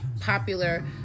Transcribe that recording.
popular